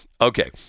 Okay